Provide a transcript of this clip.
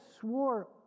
swore